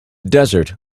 desert